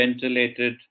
ventilated